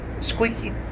squeaky